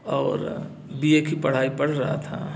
और B A की पढ़ाई पढ़ रहा था